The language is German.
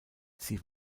sie